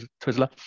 twizzler